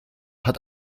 hat